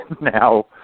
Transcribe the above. now